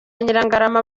nyirangarama